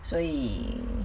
所以